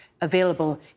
available